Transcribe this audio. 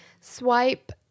Swipe